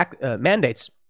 mandates